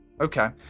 Okay